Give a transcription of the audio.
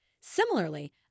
Similarly